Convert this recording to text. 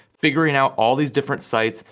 figuring out all these different sites,